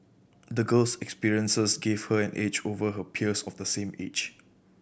the girl's experiences gave her an edge over her peers of the same age